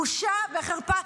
בושה וחרפה.